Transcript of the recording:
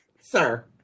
sir